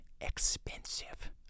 expensive